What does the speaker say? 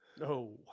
No